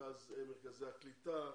מרכזי הקליטה,